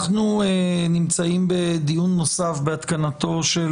אנחנו נמצאים בדיון נוסף בהתקנתו או